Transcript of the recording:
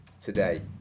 today